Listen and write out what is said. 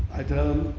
i tell them,